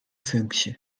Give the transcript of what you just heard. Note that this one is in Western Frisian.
funksje